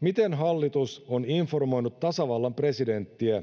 miten hallitus on informoinut tasavallan presidenttiä